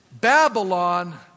Babylon